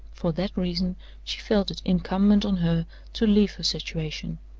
for that reason she felt it incumbent on her to leave her situation.